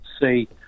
see